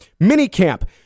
minicamp